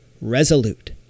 resolute